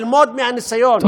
ללמוד מהניסיון,